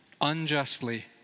unjustly